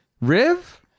Riv